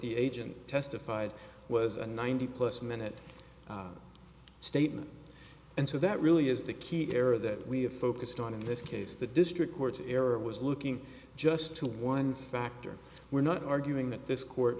the agent testified was a ninety plus minute statement and so that really is the key area that we have focused on in this case the district court's error was looking just to one factor we're not arguing that this court